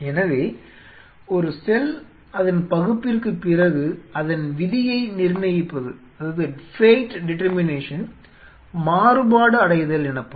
எனவே ஒரு செல் அதன் பகுப்பிற்குப் பிறகு அதன் விதியை நிர்ணயிப்பது மாறுபாடடைதல் எனப்படும்